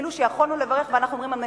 כאילו שיכולנו לברך ואנחנו אומרים: המצמצם.